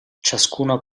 ciascuna